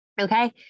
Okay